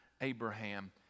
Abraham